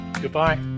Goodbye